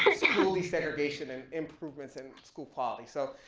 school desegregation and improvements in school quality. so,